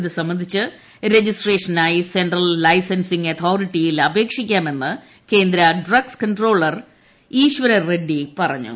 ഇത് സംബന്ധിച്ച് രജിസട്രേഷനായി സെൻട്രൽ ലൈൻസിങ് അഥോറിറ്റിയിൽ അപേക്ഷിക്കാമെന്ന് കേന്ദ്ര ഡ്രഗ്സ് കൺട്രോളർ ഈശ്വര റെഡ്ഡി പറഞ്ഞു